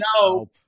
no